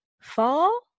fall